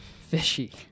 fishy